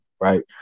right